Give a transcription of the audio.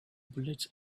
bullets